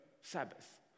Sabbath